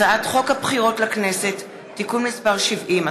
הצעת חוק הצעת חוק הבחירות לכנסת (תיקון מס' 70)